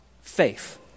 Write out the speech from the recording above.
faith